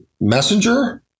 Messenger